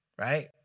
right